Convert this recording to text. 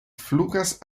flugas